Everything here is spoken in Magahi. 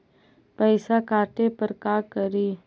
पैसा काटे पर का करि?